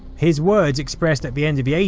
his words expressed at the end of the eighty